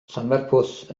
llanfairpwll